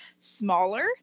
smaller